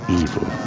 evil